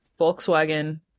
Volkswagen